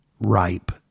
ripe